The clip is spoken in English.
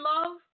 Love